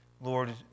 Lord